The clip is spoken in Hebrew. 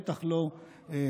בטח לא פוליטי.